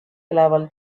üleval